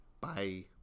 Bye